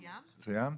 סיימת?